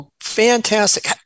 fantastic